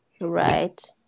right